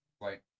right